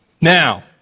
Now